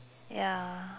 ya